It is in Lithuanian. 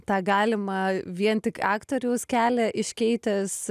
tą galimą vien tik aktoriaus kelią iškeitęs